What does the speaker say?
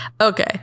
Okay